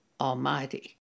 Almighty